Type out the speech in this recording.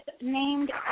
named